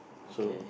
so